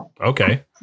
okay